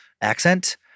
accent